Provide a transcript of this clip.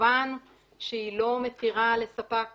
כמובן שהיא לא מתירה לספק